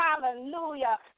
Hallelujah